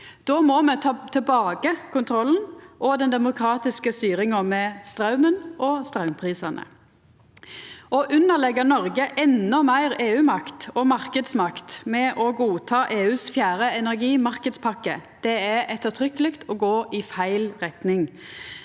Då må me ta tilbake kontrollen og den demokratiske styringa med straumen og straumprisane. Å underleggja Noreg endå meir EU-makt og marknadsmakt ved å godta EUs fjerde energimarknadspakke er ettertrykkjeleg å gå i feil retning.